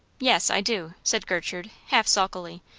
yes, i do, said gertrude, half sulkily,